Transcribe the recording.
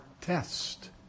test